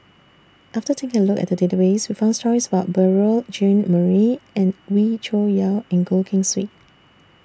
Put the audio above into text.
after taking A Look At The Database We found stories about Beurel Jean Marie and Wee Cho Yaw and Goh Keng Swee